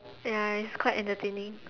ya it's quite entertaining